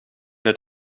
het